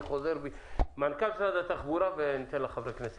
אני עובר למנכ"ל משרד התחבורה ואחר כך ניתן לחברי הכנסת.